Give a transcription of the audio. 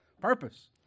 Purpose